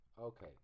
Okay